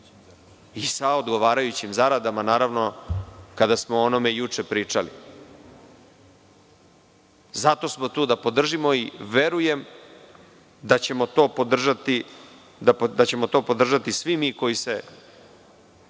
i sa odgovarajućim zaradama kada smo o onome juče pričali. Zato smo tu da podržimo i verujem da ćemo to podržati svi mi koji se